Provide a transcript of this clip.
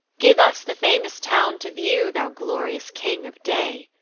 give us the famous town to view, thou glorious king of day!